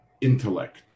intellect